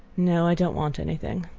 no i don't want anything.